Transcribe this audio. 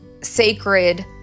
sacred